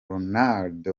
ronald